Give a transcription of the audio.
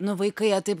nu vaikai jie taip